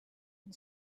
and